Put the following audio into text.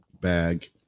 bag